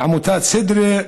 עמותת "סדרה",